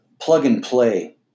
plug-and-play